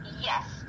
Yes